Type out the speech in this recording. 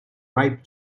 ripe